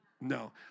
No